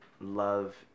love